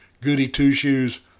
goody-two-shoes